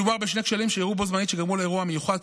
מסקנות: מדובר בשני כשלים שאירעו בו זמנית וגרמו לאירוע המיוחד,